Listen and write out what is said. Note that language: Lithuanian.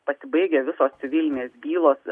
pasibaigę visos vilniaus bylos